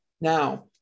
Now